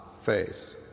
face